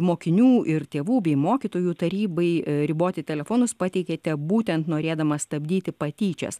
mokinių ir tėvų bei mokytojų tarybai riboti telefonus pateikėte būtent norėdama stabdyti patyčias